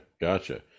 Gotcha